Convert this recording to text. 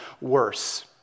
worse